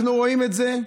אנחנו רואים את זה,